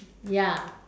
ya